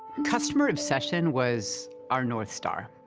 customer obsession was our north star.